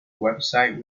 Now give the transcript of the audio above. website